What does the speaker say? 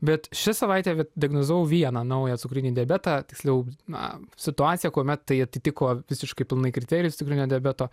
bet ši savaitė diagnozavau vieną naują cukrinį diabetą tiksliau na situacija kuomet tai atitiko visiškai pilnai kriterijus cukrinio diabeto